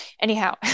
anyhow